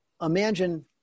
Imagine